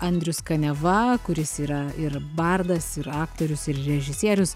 andrius kaniava kuris yra ir bardas ir aktorius ir režisierius